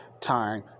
time